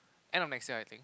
end of next year I think